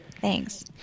Thanks